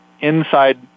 inside